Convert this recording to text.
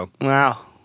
Wow